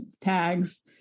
tags